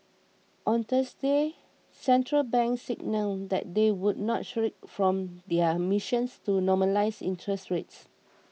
on Thursday central banks signalled that they would not shirk from their missions to normalise interest rates